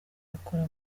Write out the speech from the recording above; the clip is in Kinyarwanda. akora